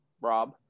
Rob